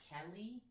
Kelly